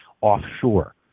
offshore